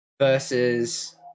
versus